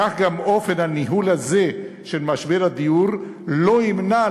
כך גם אופן הניהול הזה של משבר הדיור לא ימנע,